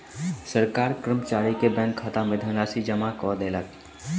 सरकार कर्मचारी के बैंक खाता में धनराशि जमा कय देलक